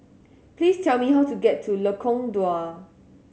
please tell me how to get to Lengkong Dua